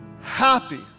happy